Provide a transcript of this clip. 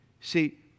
See